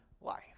life